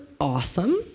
awesome